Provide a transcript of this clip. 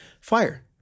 fire